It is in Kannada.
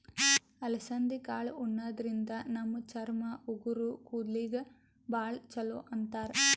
ಅಲಸಂದಿ ಕಾಳ್ ಉಣಾದ್ರಿನ್ದ ನಮ್ ಚರ್ಮ, ಉಗುರ್, ಕೂದಲಿಗ್ ಭಾಳ್ ಛಲೋ ಅಂತಾರ್